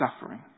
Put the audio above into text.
suffering